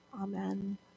Amen